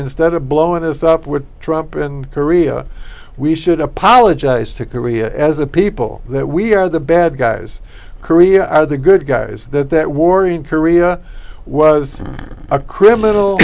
instead of blowing us up with trump in korea we should apologize to korea as a people that we are the bad guys korea are the good guys that that war in korea was a criminal